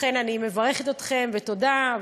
לכן אני מברכת אתכם, ותודה.